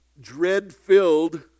dread-filled